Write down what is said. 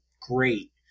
great